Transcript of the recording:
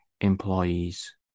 employees